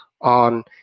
on